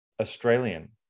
Australian